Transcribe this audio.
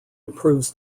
improves